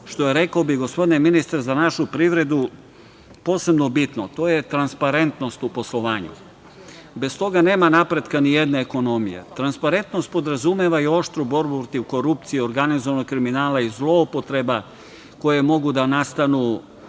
što je, rekao bih, gospodine ministre, za našu privredu posebno bitno, a to je transparentnost u poslovanju, bez toga nema napretka nijedne ekonomije. Transparentnost podrazumeva i oštru borbu protiv korupcije i organizovanog kriminala i zloupotreba koje mogu da nastanu